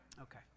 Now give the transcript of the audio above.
Okay